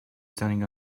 standing